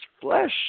flesh